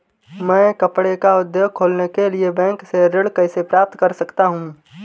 मैं कपड़े का उद्योग खोलने के लिए बैंक से ऋण कैसे प्राप्त कर सकता हूँ?